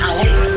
Alex